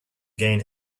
gain